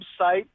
website